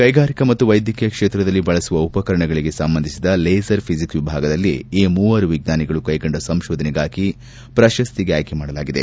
ಕ್ಲೆಗಾರಿಕಾ ಮತ್ತು ವೈದ್ಯಕೀಯ ಕ್ಲೇತ್ರದಲ್ಲಿ ಬಳಸುವ ಉಪಕರಣಗಳಿಗೆ ಸಂಬಂಧಿಸಿದ ಲೇಸರ್ ಫಿಜಿಕ್ಸ್ ವಿಭಾಗದಲ್ಲಿ ಈ ಮೂವರು ವಿಜ್ವಾಗಳು ಕ್ಷೆಗೊಂಡ ಸಂಶೋಧನೆಗಾಗಿ ಪ್ರಶಸ್ತಿಗೆ ಆಯ್ಕೆ ಮಾಡಲಾಗಿದೆ